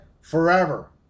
forever